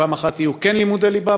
פעם אחת יהיו לימודי ליבה,